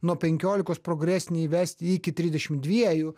nuo penkiolikos progresinį įvesti iki trisdešimt dviejų